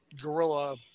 guerrilla